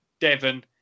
Devon